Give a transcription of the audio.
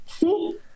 See